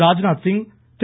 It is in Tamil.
ராஜ்நாத்சிங் திரு